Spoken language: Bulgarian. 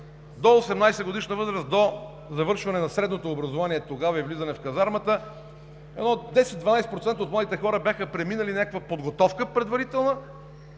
До 18-годишна възраст – до завършването на средно образование тогава и влизането в казармата, 10 – 12% от младите хора бяха преминали някаква предварителна